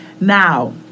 Now